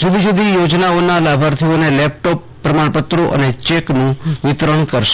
જુદી જુદી યોજનાઓના લાભાર્થીઓને તેઓ લેપટોપ પ્રમાણપત્રો અને ચેકનું વિતરણ કરશે